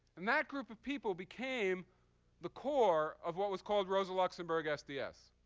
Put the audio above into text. and that group of people became the core of what was called rosa luxembourg sds.